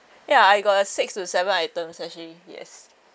ya I got a six to seven items actually yes